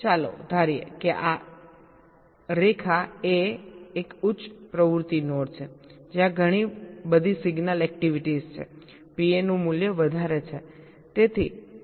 ચાલો ધારીએ કે આ રેખા A એક ઉચ્ચ પ્રવૃત્તિ નોડ છે જ્યાં ઘણી બધી સિગ્નલ એક્ટિવિટીસ છે PA નું મૂલ્ય વધારે છે